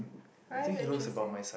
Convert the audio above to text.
why is it interesting